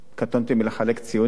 קטונתי מלחלק ציונים,